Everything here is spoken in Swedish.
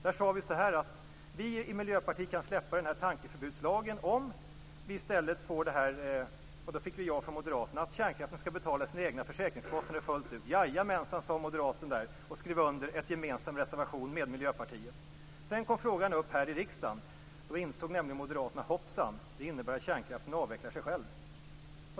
Där sade vi att vi i Miljöpartiet kan släppa kravet på tankeförbudslag om vi i stället får detta. Då fick vi ja från moderaterna, kärnkraften skall betala sina egna försäkringskostnader fullt ut. Sedan kom frågan upp här i riksdagen. Då insåg moderaterna det: Hoppsan, det innebär att kärnkraften avvecklar sig själv.